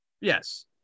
Yes